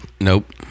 Nope